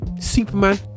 Superman